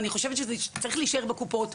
אני חושבת שזה צריך להישאר בקופות,